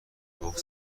گفت